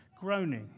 groaning